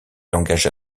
engagea